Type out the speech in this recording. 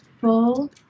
full